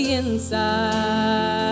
inside